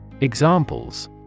Examples